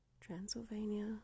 Transylvania